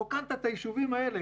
רוקנת את היישובים האלה,